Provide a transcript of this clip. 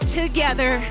together